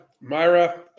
Myra